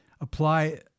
apply